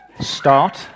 start